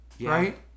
right